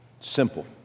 Simple